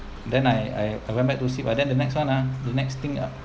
then I I went back to sleep and then the next [one] ah the next thing